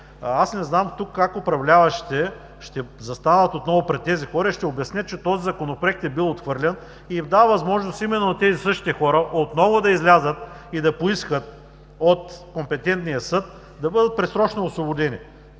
Аз не знам тук как управляващите ще застанат отново пред тези хора и ще обяснят, че Законопроектът е бил отхвърлен и дава възможност именно на същите хора отново да излязат и да поискат от компетентния съд да бъдат предсрочно освободени,